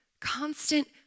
Constant